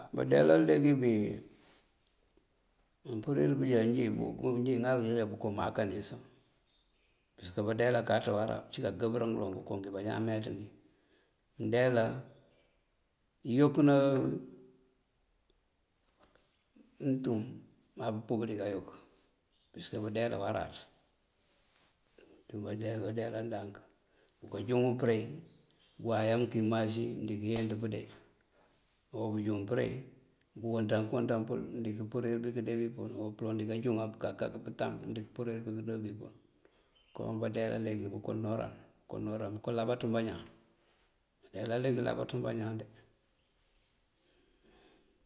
Báandeela leegí bí, máampurir pëëjá nji, nji ŋal bëre bokoo máankanin sá. Parësëk báandeela káaţá wárá, bëëncíri káankëëmbëlin ngënko ngíimbañaan meenţëngí. Mëëndeela, iyookëna mëëntum maa pëëmpúub díkayook, parësëk báandeela wáráţ, ngëëndukadeela báandeela ndank. Buko juŋu përe, waye mëënkub maagí mëëndí kayenţ pëënde. Onjúŋ përe, këëwanţa, këëwanţáapël mëëndi këëpurir bíinkëëndeebíipël. Pëloŋ dí káanjúŋáa a pëkak pëtamb digëëpurir bíinkëëndobíipël. Kon báandeela leegí bokoonoráŋ, bokoonoráŋ, bunkáalambaţun bañaan. Báandeela leegí lambaţun bañaan de.